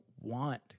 want